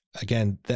again